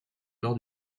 lors